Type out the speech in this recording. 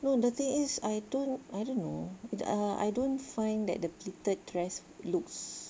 no the thing is I don't I don't know I don't find that the pleated dress looks